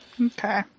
Okay